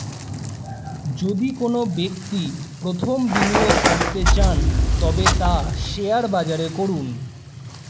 যদি কোনো ব্যক্তি প্রথম বিনিয়োগ করতে চান তবে তা শেয়ার বাজারে করুন